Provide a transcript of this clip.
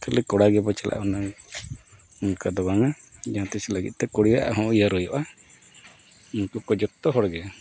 ᱠᱷᱟᱹᱞᱤ ᱠᱚᱲᱟ ᱜᱮᱵᱚᱱ ᱪᱟᱞᱟᱜᱼᱟ ᱚᱱᱟ ᱚᱱᱠᱟ ᱫᱚ ᱵᱟᱝᱟ ᱡᱟᱦᱟᱸ ᱛᱤᱥ ᱞᱟᱹᱜᱤᱫ ᱛᱮ ᱠᱩᱲᱤᱭᱟᱜ ᱦᱚᱸ ᱩᱭᱦᱟᱹᱨ ᱦᱩᱭᱩᱜᱼᱟ ᱩᱱᱠᱩ ᱠᱚ ᱡᱚᱛᱚ ᱦᱚᱲ ᱜᱮ